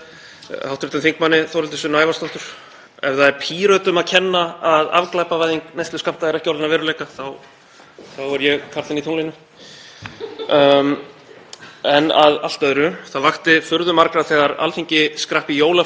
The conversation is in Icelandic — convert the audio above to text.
Að allt öðru: Það vakti furðu margra þegar Alþingi skrapp í jólafrí í miðri ómikrón-bylgju og á tímum harðra sóttvarnatakmarkana án þess að framlengja stuðningsúrræði fyrir fyrirtækin sem urðu harðast úti.